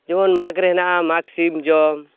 ᱡᱮᱢᱚᱱ ᱢᱟᱜᱽ ᱨᱮ ᱦᱮᱱᱟᱜᱼᱟ ᱢᱟᱜᱽ ᱥᱤᱢ ᱡᱚᱢ